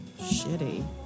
shitty